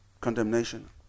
condemnation